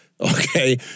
Okay